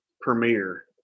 premiere